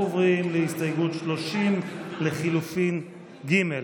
עוברים להסתייגות 30 לחלופין ג'